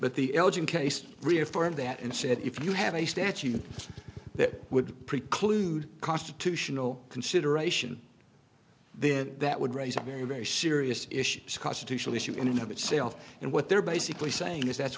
but the elgin case reaffirmed that and said if you have a statute that would preclude constitutional consideration then that would raise a very very serious issue constitutional issue in and of itself and what they're basically saying is that